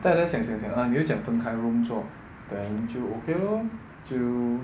带来想想想 uh 你又讲分开 room 做 then 就 okay lor 就